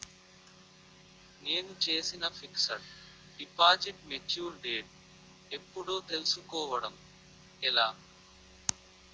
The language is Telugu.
నేను చేసిన ఫిక్సడ్ డిపాజిట్ మెచ్యూర్ డేట్ ఎప్పుడో తెల్సుకోవడం ఎలా?